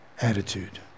attitude